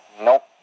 Nope